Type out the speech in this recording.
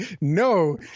No